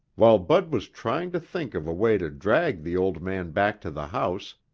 while bud was trying to think of a way to drag the old man back to the house,